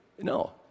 no